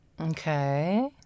Okay